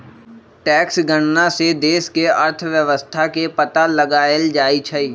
tax गणना से देश के अर्थव्यवस्था के पता लगाएल जाई छई